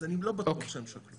אז אני לא בטוח שהם שקלו את זה.